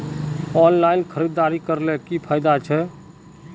Online खरीदारी करले की की फायदा छे?